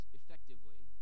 effectively—